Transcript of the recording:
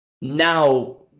Now